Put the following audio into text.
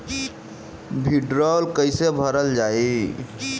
भीडरौल कैसे भरल जाइ?